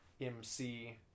MC